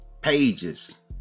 pages